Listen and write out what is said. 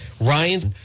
Ryan's